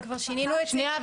כבר שינינו את הנוסח.